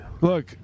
Look